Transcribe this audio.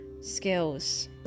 skills